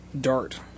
Dart